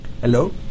Hello